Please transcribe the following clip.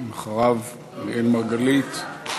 אחריו, אראל מרגלית,